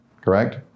correct